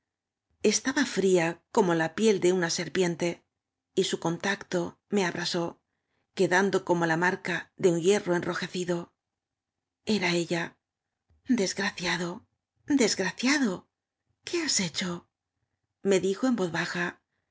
estaba iría como la piel de una serpiente y sa contacto me abrasó quedando como la marca de un hie rra enrojecido era ella idesgraciado des graciado qué has hecho me dijo en vo baja